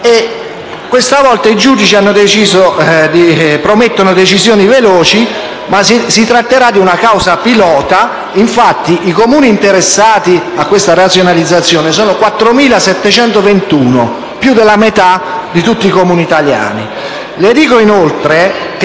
Questa volta i giudici promettono decisioni veloci. Si tratterà di una causa pilota, perché i Comuni interessati a questa razionalizzazione sono 4.721, più della metà di tutti i Comuni italiani. Le dico inoltre che